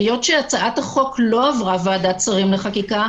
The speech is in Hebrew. היות שהצעת החוק לא עברה את ועדת השרים לחקיקה,